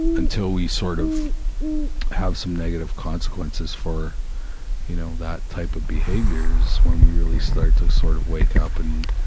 until we sort of have some negative consequences for you know, that type of behavior is when we really start to sort of wake up and,